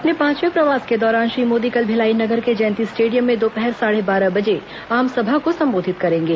अपने पांचवे प्रवास के दौरान श्री मोदी कल भिलाई नगर के जयंती स्टेडियम में दोपहर साढ़े बारह बजे बजे आमसभा को संबोधित करेंगे